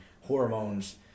hormones